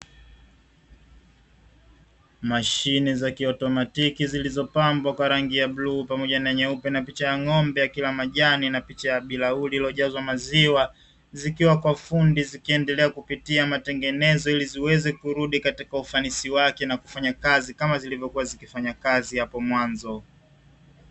Mashine za kiautomatiki zilizopambwa kwa rangi ya bluu na nyeupe pamoja na picha ya ng'ombe akila majani na picha ya bilauri lililojazwa maziwa, zikiwa kwa fundi zikiendelea kupatiwa matengenezo ili ziweze kurudi katika ufanisi wake na kufanya kazi kama silivyokua zikifanya kazi apo mwanzo.